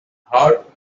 hart